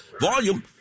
Volume